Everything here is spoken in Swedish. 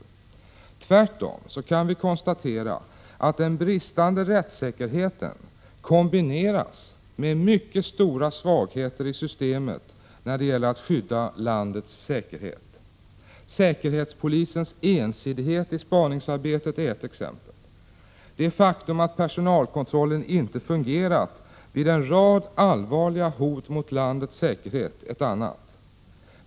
j Tvärtom kan vi konstatera att den bristande rättssäkerheten kombineras med mycket stora svagheter i systemet när det gäller att skydda landets säkerhet. Säkerhetspolisens ensidighet i spaningsarbetet är ett exempel, det faktum att personalkontrollen inte har fungerat vid en rad allvarliga hot mot landets säkerhet ett annat.